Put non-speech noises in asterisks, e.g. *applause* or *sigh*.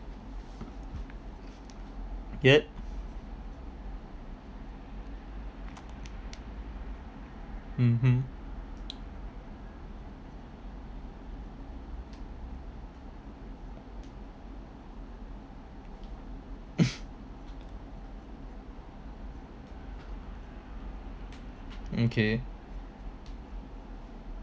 yup mmhmm *laughs* okay